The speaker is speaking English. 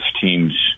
teams